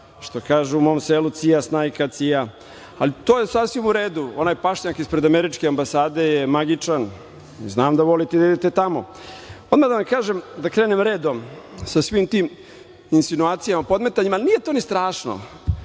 što kažu u mom selu – CIA snajka, CIA …Ali, to je sasvim u redu, onaj pašnjak ispred američke ambasade je magičan. Znam da volite da idete tamo. Da krenem redom sa svim tim insinuacijama, podmetanjima, nije to ni strašno.